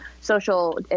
social